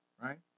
right